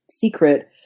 secret